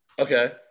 Okay